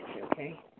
okay